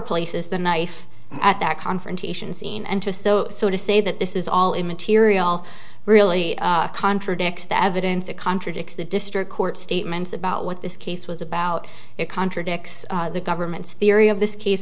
places the knife at that confrontation scene and to so to say that this is all immaterial really contradicts the since it contradicts the district court statements about what this case was about it contradicts the government's theory of this case